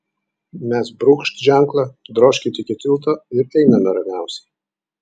mes brūkšt ženklą drožkit iki tilto ir einame ramiausiai